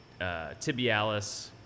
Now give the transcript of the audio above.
tibialis